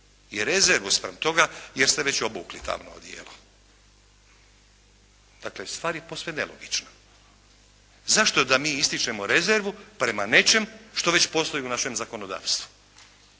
i rezervu spram toga jer ste već obukli tamno odijelo. Dakle, stvar je posve nelogična. Zašto da mi ističemo rezervu prema nečem što već postoji u našem zakonodavstvu?